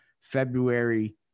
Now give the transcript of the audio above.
February